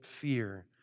fear